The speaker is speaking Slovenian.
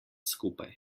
skupaj